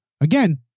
Again